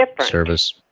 service